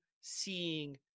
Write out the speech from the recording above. seeing